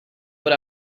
put